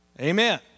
Amen